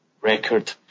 record